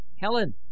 Helen